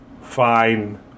Fine